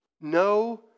No